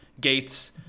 Gates